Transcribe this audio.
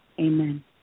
amen